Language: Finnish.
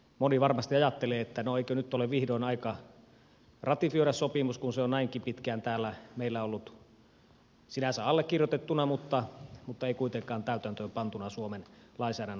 moni varmasti ajattelee että eikö nyt ole vihdoin aika ratifioida sopimus kun se on näinkin pitkään täällä meillä ollut sinänsä allekirjoitettuna mutta ei kuitenkaan täytäntöönpantuna suomen lainsäädännön osalta